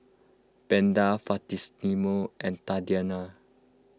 Beda Faustino and Tatianna